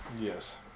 Yes